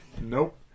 nope